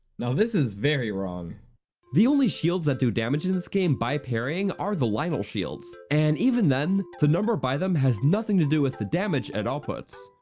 now this is very wrong the only shields that do damage in this game by parrying are the lynel shields, and even then, the number by them has nothing to do with the damage it outputs.